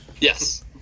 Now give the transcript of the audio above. Yes